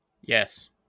Yes